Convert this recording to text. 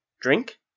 Drink